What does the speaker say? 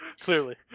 Clearly